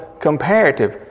Comparative